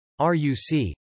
RUC